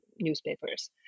newspapers